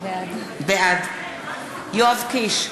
בעד יואב קיש,